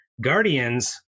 Guardians